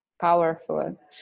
Powerful